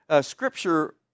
Scripture